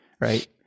right